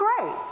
great